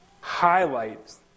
highlights